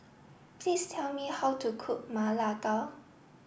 please tell me how to cook Ma La Gao